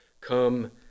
come